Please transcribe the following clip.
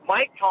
Mike